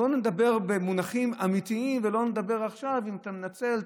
בוא נדבר במונחים אמיתיים ולא נדבר עכשיו על אם אתה מנצל,